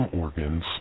organs